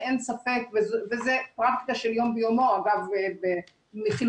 זה הגורם שתמיד מחליט בכל